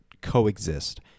coexist